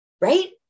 Right